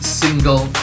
single